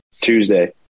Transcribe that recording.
Tuesday